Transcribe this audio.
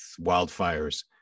wildfires